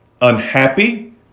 unhappy